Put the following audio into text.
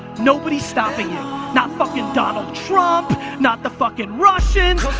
nobody's stopping you. not fucking donald trump, not the fucking russians,